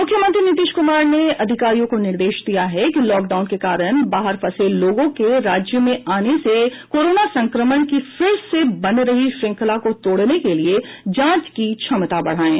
मुख्यमंत्री नीतीश कमार ने अधिकारियों को निर्देश दिया है कि लॉकडाउन के कारण बाहर फंसे लोगों के राज्य में आने से कोरोना संक्रमण की फिर से बन रही श्रृंखला को तोड़ने के लिए जांच की क्षमता बढ़ायें